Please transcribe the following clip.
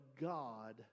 God